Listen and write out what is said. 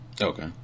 Okay